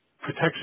protection